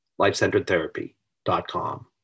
LifeCenteredTherapy.com